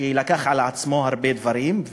שלקח על עצמו הרבה דברים,